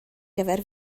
gyfer